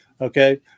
Okay